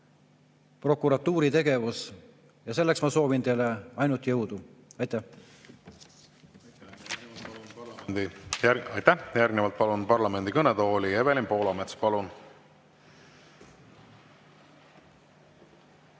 prokuratuuri tegevus ja selleks ma soovin teile ainult jõudu. Aitäh!